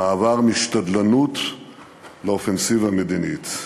המעבר משתדלנות לאופנסיבה מדינית.